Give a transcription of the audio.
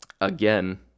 again